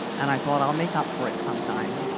and i thought, i'll make up for it sometime.